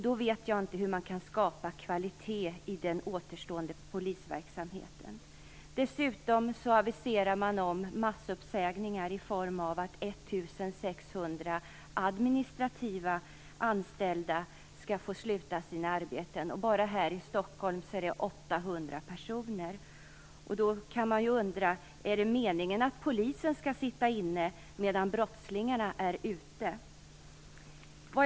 Då vet jag inte hur man skall kunna skapa kvalitet i den återstående polisverksamheten. Dessutom aviseras massuppsägningar i form av att 1 600 administrativa anställda skall få sluta sina arbeten. Bara här i Stockholm rör det sig om 800 personer. Då kan man undra om det är meningen att polisen skall sitta inne medan brottslingarna är ute.